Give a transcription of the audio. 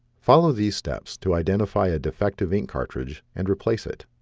follow these steps to identify a defective ink cartridge and replace it